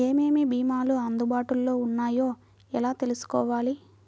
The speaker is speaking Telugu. ఏమేమి భీమాలు అందుబాటులో వున్నాయో ఎలా తెలుసుకోవాలి?